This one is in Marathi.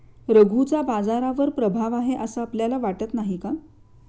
रघूचा बाजारावर प्रभाव आहे असं आपल्याला वाटत नाही का?